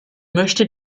möchte